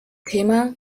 thema